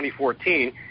2014